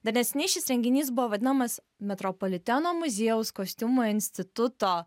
dar neseniai šis renginys buvo vadinamas metropoliteno muziejaus kostiumų instituto